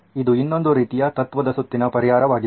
ಆದ್ದರಿಂದ ಇದು ಇನ್ನೊಂದು ರೀತಿಯ ತತ್ವದ ಸುತ್ತಿನ ಪರಿಹಾರವಾಗಿದೆ